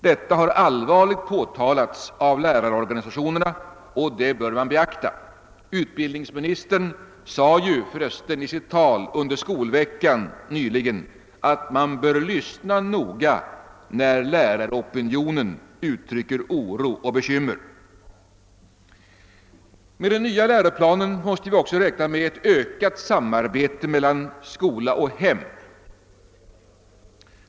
Detta har allvarligt påtalats av lärarorganisationerna, och det bör man beakta. Utbildningsministern sade för resten nyligen i sitt tal under skolveckan att man bör lyssna noga när läraropinionen uttrycker oro och bekymmer. Med den nya läroplanen måste vi också räkna med ett ökat samarbete mellan skola och hem.